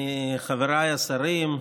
חבריי השרים,